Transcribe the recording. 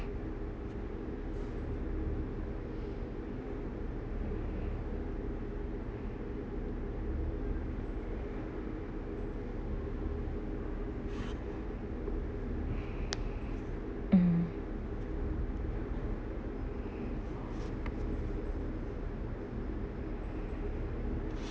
mm